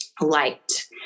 liked